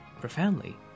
Profoundly